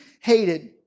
hated